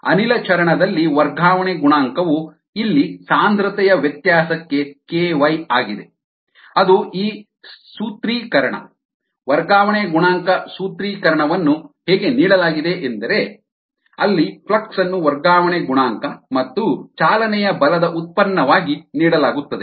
ಅನಿಲ ಚರಣ ದಲ್ಲಿ ವರ್ಗಾವಣೆ ಗುಣಾಂಕವು ಇಲ್ಲಿ ಸಾಂದ್ರತೆಯ ವ್ಯತ್ಯಾಸಕ್ಕೆ ky ಆಗಿದೆ ಅದು ಈ ಸೂತ್ರೀಕರಣ ವರ್ಗಾವಣೆ ಗುಣಾಂಕ ಸೂತ್ರೀಕರಣವನ್ನು ಹೇಗೆ ನೀಡಲಾಗಿದೆ ಎಂದರೆ ಅಲ್ಲಿ ಫ್ಲಕ್ಸ್ ಅನ್ನು ವರ್ಗಾವಣೆ ಗುಣಾಂಕ ಮತ್ತು ಚಾಲನೆಯ ಬಲದ ಉತ್ಪನ್ನವಾಗಿ ನೀಡಲಾಗುತ್ತದೆ